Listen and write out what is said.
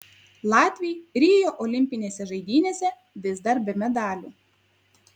latviai rio olimpinėse žaidynėse vis dar be medalių